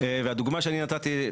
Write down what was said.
והדוגמא שאני נתתי,